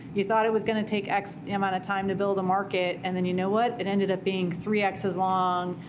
you thought it was going to take x amount of time to build a market, and then you know what? it ended up being three x's long,